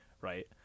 Right